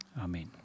amen